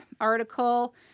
article